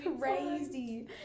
crazy